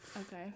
Okay